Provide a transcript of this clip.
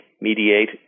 mediate